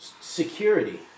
Security